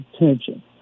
attention